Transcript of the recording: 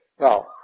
Now